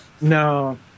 No